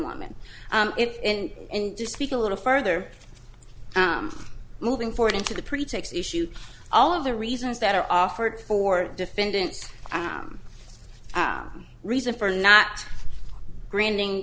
woman if and and to speak a little further moving forward into the pretty takes issue all of the reasons that are offered for defendants i am a reason for not granting